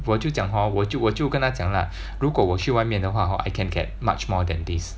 我就讲 hor 我就我就跟他讲 lah 如果我去外面的话 hor I can get much more than this